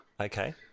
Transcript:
Okay